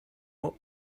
what